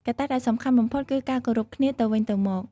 កត្តាដែលសំខាន់បំផុតគឺការគោរពគ្នាទៅវិញទៅមក។